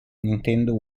nintendo